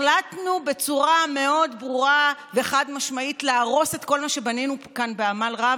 החלטנו בצורה מאוד ברורה וחד-משמעית להרוס את כל מה שבנינו כאן בעמל רב,